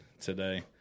today